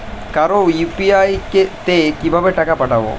কারো ইউ.পি.আই তে কিভাবে টাকা পাঠাবো?